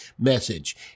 message